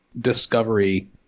discovery